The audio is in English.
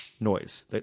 Noise